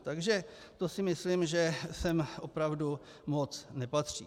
Takže to si myslím, že sem opravdu moc nepatří.